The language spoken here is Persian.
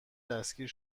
دستگیر